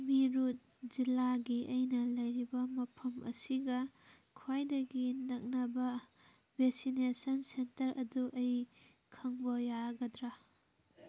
ꯃꯤꯔꯨꯠ ꯖꯤꯜꯂꯥꯒꯤ ꯑꯩꯅ ꯂꯩꯔꯤꯕ ꯃꯐꯝ ꯑꯁꯤꯒ ꯈ꯭ꯋꯥꯏꯗꯒꯤ ꯅꯛꯅꯕ ꯚꯦꯛꯁꯤꯅꯦꯁꯟ ꯁꯦꯟꯇꯔ ꯑꯗꯨ ꯑꯩ ꯈꯪꯕ ꯌꯥꯒꯗ꯭ꯔꯥ